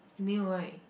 没有 right